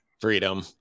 freedom